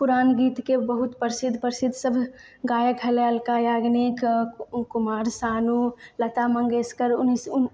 पुरान गीतके बहुत प्रसिद्ध प्रसिद्ध सब गायक हलै अल्का याग्निक कुमार शानू लता मंगेशकर